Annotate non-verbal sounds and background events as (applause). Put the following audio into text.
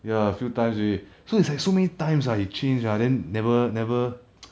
ya a few times already so it's like so many times ah he change ah then never never (noise)